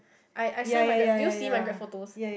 I I show you my grad did you see my grad photos